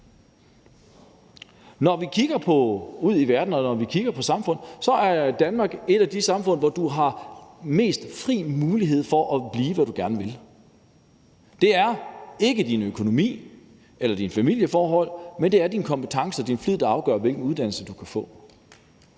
ud i verden på samfund, er Danmark et af de samfund, hvor du har mest fri mulighed for at blive, hvad du gerne vil. Det er ikke din økonomi eller dine familieforhold, men det er din kompetence og din flid, der afgør, hvilken uddannelse du kan få.